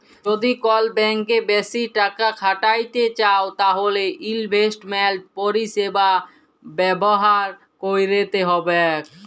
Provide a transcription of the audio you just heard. যদি কল ব্যাংকে বেশি টাকা খ্যাটাইতে চাউ তাইলে ইলভেস্টমেল্ট পরিছেবা ব্যাভার ক্যইরতে হ্যবেক